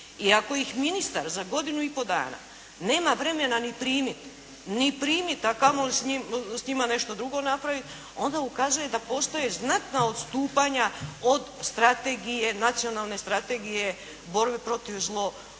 I ako ih ministar za godinu i po dana nema vremena ni primiti. Ni primiti a kamoli s njima nešto drugo napraviti onda ukazuje da postoje znatna istupanja od strategije, Nacionalne strategije borbe protiv zlo,